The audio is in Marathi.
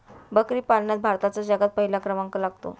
बकरी पालनात भारताचा जगात पहिला क्रमांक लागतो